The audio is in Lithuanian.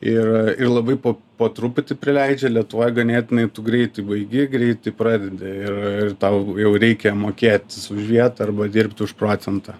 ir ir labai po po truputį prileidžia lietuvoj ganėtinai greitai baigi greitai pradedi ir ir tau jau reikia mokėt už vietą arba dirbt už procentą